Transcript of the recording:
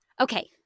Okay